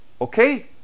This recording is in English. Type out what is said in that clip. okay